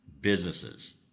businesses